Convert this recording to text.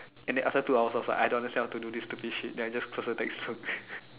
and then after two hours I was like I don't understand how to do this stupid shit then I just close the textbook